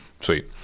Sweet